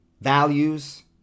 values